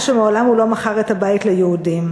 שמעולם הוא לא מכר את הבית ליהודים?